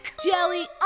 Jelly